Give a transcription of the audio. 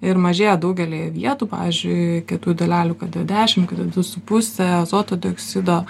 ir mažėja daugelyje vietų pavyzdžiui kietųjų dalelių kd dešim kd du su puse azoto dioksido